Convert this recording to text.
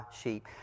sheep